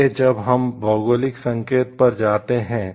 आगे जब हम भौगोलिक संकेत पर जाते हैं